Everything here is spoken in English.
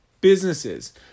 businesses